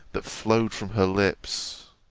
that flowed from her lips!